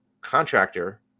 contractor